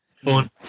fun